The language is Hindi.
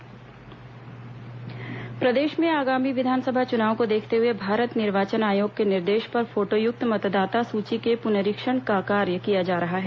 मतदाता सूची पुनरीक्षण प्रदेश में आगामी विधानसभा चुनाव को देखते हुए भारत निर्वाचन आयोग के निर्देश पर फोटोयुक्त मतदाता सूची के पुनरीक्षण का कार्य किया जा रहा है